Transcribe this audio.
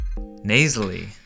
nasally